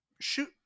shoot